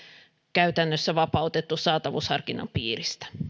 käytännössä vapautettu saatavuusharkinnan piiristä